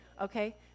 okay